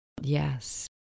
yes